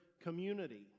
community